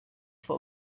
for